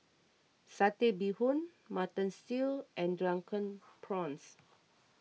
Satay Bee Hoon Mutton Stew and Drunken Prawns